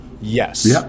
Yes